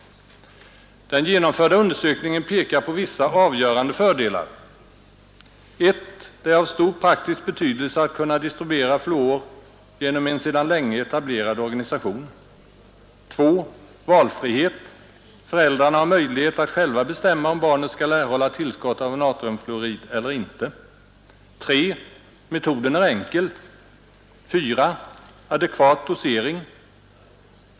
Den genomförda undersökningen pekar på vissa avgörande fördelar: 1) Det är av stor praktisk betydelse att kunna distribuera fluor genom en sedan länge etablerad organisation. 2) Valfrihet. Föräldrarna har möjlighet att själva bestämma om barnet skall erhålla tillskott av natriumfluorid eller icke. 3) Metoden är enkel.